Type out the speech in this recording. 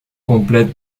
complète